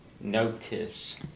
Notice